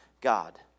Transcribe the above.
God